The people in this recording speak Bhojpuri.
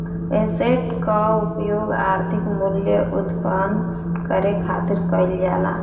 एसेट कअ उपयोग आर्थिक मूल्य उत्पन्न करे खातिर कईल जाला